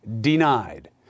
denied